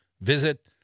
visit